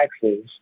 taxes